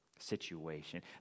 situation